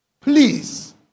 Please